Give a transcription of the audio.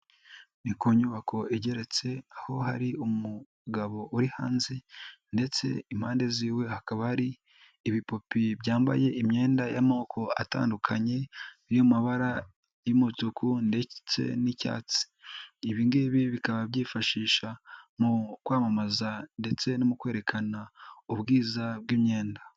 Ni ku nyubako igeretse aho hari umugabo uri hanze ndetse impande ziwe hakaba hari ibipupe byambaye imyenda y'amoko atandukanye, biri mu mabara y'umutuku ndetse n'icyatsi, ibi ngibi bikaba byifashisha mu kwamamaza ndetse no mu kwerekana ubwiza bw'imyenda.